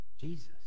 jesus